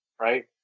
right